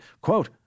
quote